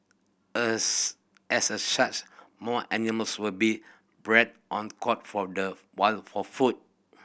as as a such more animals will be bred on caught from the wild for food